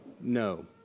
No